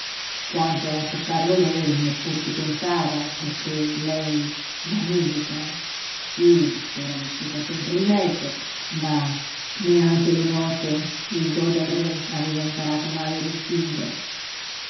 quanto a toccarlo lei neppur ci pensava perché lei la musica sí c'era vissuta sempre in mezzo ma neanche le note il do dal re aveva imparato mai a distinguere